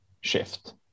shift